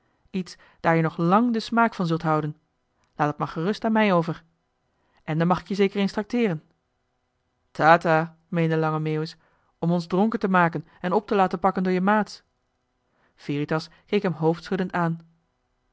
iets daar je nog lang den smaak van zult houden laat dat maar gerust aan mij over en dan mag ik je zeker eens tracteeren ta ta meende lange meeuwis om ons dronken te maken en op te laten pakken door je maats veritas keek hem hoofdschuddend aan